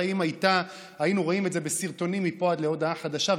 הרי אם הייתה היינו רואים את זה בסרטונים מפה עד להודעה חדשה,